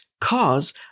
cause